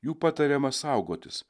jų patariama saugotis